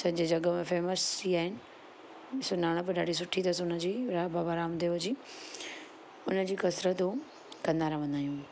सॼे जग में फेमस थी विया आहिनि सुञाणपु ॾाढी सुठी अथसि हुनजी रा बाबा रामदेव जी उनजी कसरतूं कंदा रहंदा आहियूं